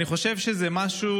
אני חושב שזה משהו